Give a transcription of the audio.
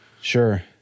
Sure